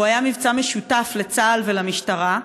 והוא היה מבצע משותף לצה"ל ולמשטרה,